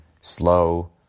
Slow